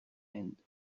end